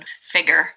figure